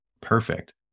perfect